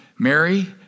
Mary